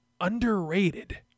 underrated